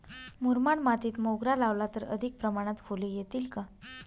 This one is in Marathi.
मुरमाड मातीत मोगरा लावला तर अधिक प्रमाणात फूले येतील का?